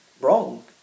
wrong